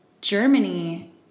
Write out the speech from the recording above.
Germany